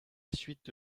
suite